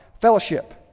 fellowship